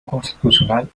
constitucional